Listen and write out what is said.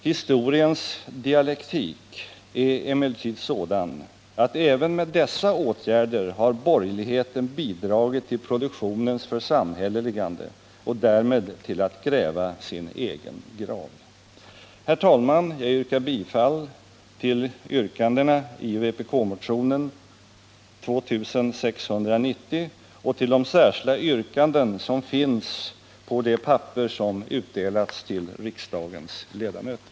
Historiens dialektik är emellertid sådan att även med dessa åtgärder har borgerligheten bidragit till produktionens församhälleligande och därmed till att gräva sin egen grav. Herr talman! Jag yrkar bifall till vpk-motionen nr 2690, yrkande 4, och bifall till det särskilda yrkande som utdelats till kammarens ledamöter, nämligen 2) att godkänna de allmänna riktlinjer för budgetpolitiken som förordas i motionen.